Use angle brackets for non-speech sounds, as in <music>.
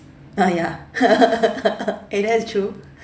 ya ya <laughs>